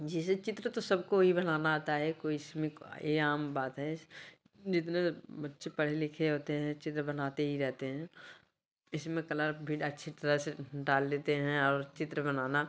जिसे चित्र तो सबको ही बनाना आता है कोई इसमें ये आम बात है जितने बच्चे पढ़े लिखे होते हैं चित्र बनाते ही रहते हैं इसमें कलर भी अच्छी तरह से डाल देते हैं और चित्र बनाना